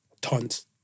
Tons